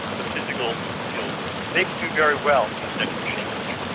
the physical skills they can do very well in the second machine age.